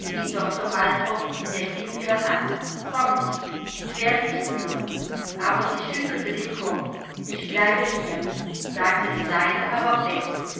althoff und ergriff ihre hand kommen sie ich werde sie führen aber sie schüttelte den kopf ich bleibe hier sagte sie leise aber fest